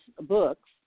books